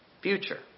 Future